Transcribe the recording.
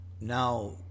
Now